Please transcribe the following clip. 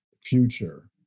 future